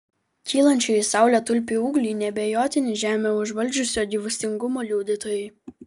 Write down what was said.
kylančių į saulę tulpių ūgliai neabejotini žemę užvaldžiusio gyvastingumo liudytojai